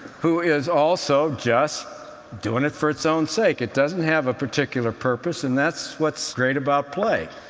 who is also just doing it for its own sake. it doesn't have a particular purpose, and that's what's great about play.